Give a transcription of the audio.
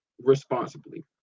responsibly